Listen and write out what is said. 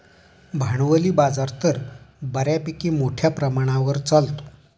भांडवली बाजार तर बऱ्यापैकी मोठ्या प्रमाणावर चालतो